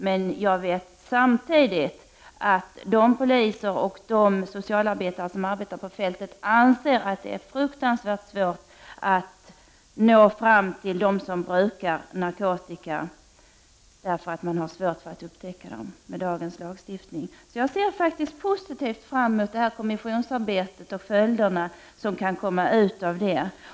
Samtidigt vet jag att poliser och socialarbetare ute på fältet anser att de är fruktansvärt svårt att nå fram till dem som brukar narkotika, därför att man har svårt att upptäcka dem med dagens lagstiftning. Jag ser faktiskt positivt på kommissionens arbete och ser fram mot dess resultat.